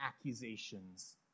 accusations